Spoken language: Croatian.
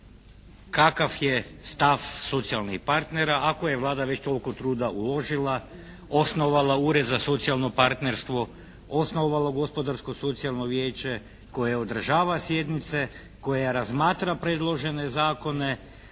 kakav je stav socijalnih partnera ako je Vlada već toliko truda uložila, osnova Ured za socijalno partnerstvo, osnovalo Gospodarsko-socijalno vijeće koje održava sjednice, koja razmatra predložene zakone,